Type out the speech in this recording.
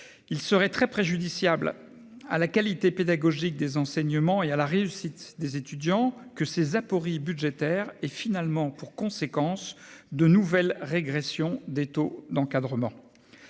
Il serait très préjudiciable à la qualité pédagogique des enseignements et à la réussite des étudiants que ces apories budgétaires aient finalement pour conséquences de nouvelles régressions des taux d'encadrement.